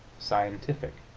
scientific.